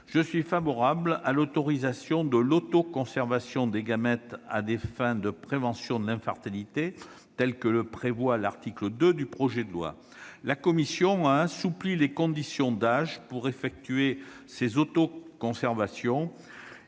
Je suis favorable à l'autorisation de l'autoconservation des gamètes à des fins de prévention de l'infertilité, ainsi que le prévoit l'article 2 du projet de loi. La commission a assoupli les conditions d'âge pour effectuer ces autoconservations.